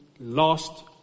lost